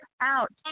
out